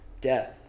death